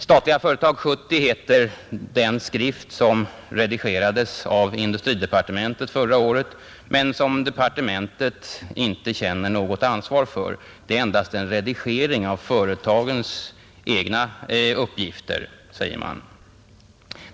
”Statliga företag 70” heter en skrift som redigerades av industridepartementet förra året men som departementet inte känner något ansvar för; det är endast en redigering av företagens egna uppgifter, säger man.